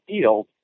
field